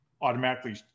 automatically